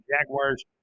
Jaguars